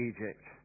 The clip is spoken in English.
Egypt